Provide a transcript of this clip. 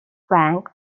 flank